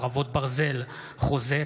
חרבות ברזל) (חוזה,